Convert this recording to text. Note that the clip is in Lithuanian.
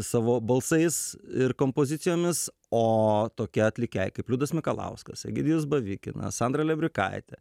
savo balsais ir kompozicijomis o tokie atlikėjai kaip liudas mikalauskas egidijus bavikinas sandra lebrikaitė